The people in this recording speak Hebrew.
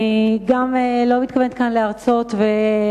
אני גם לא מתכוונת להרצות כאן,